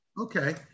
Okay